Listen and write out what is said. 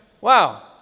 Wow